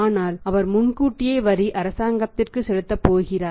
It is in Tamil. ஆனால் அவர் முன்கூட்டியே வரி அரசாங்கத்திற்கு செலுத்தப்போகிறார்